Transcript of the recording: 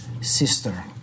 Sister